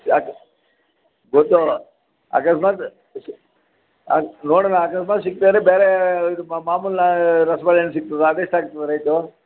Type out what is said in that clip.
ಯಾಕೆ ಗೊತ್ತು ಅಕಸ್ಮಾತ್ ಹಾಕ್ ನೋಡೋಣ ಅಕಸ್ಮಾತ್ ಸಿಕ್ತು ಅಂದರೆ ಬೇರೇ ಇದು ಮಾಮೂಲಿನ ರಸ್ಬಾಳೆಹಣ್ಣು ಸಿಗ್ತದಾ ಅದೆಷ್ಟು ಆಗ್ತದೆ ರೇಟು